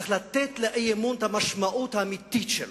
צריך לתת לאי-אמון את המשמעות האמיתית שלו.